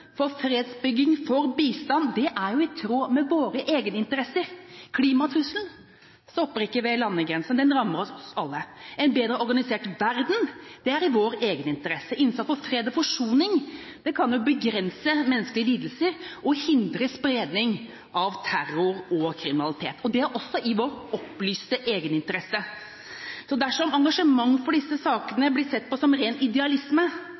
fredsbygging og bistand er i tråd med våre egeninteresser. Klimatrusselen stopper ikke ved landegrensen, den rammer oss alle. En bedre organisert verden er i vår egeninteresse. Innsats for fred og forsoning kan begrense menneskelige lidelser og hindre spredning av terror og kriminalitet. Det er også i vår opplyste egeninteresse. Dersom engasjement for disse sakene blir sett på som ren idealisme,